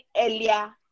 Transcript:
earlier